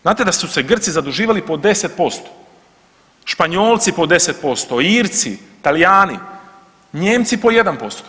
Znate da su se Grci zaduživali po 10%, Španjolci po 10%, Irci, Talijani, Nijemci po 1%